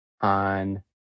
on